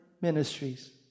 ministries